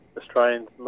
Australians